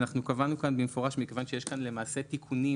אנחנו קבענו כאן במפורש - מכיוון שיש כאן למעשה תיקונים